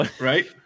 Right